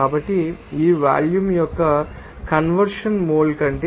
కాబట్టి ఈ వాల్యూమ్ యొక్క కన్వర్షన్ మోల్ కంటే 24